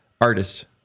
Artist